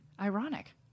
Ironic